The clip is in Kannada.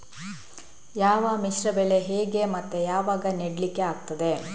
ಯಾವ ಮಿಶ್ರ ಬೆಳೆ ಹೇಗೆ ಮತ್ತೆ ಯಾವಾಗ ನೆಡ್ಲಿಕ್ಕೆ ಆಗ್ತದೆ?